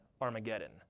Armageddon